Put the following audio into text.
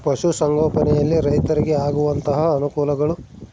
ಪಶುಸಂಗೋಪನೆಯಲ್ಲಿ ರೈತರಿಗೆ ಆಗುವಂತಹ ಅನುಕೂಲಗಳು?